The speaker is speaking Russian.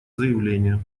заявление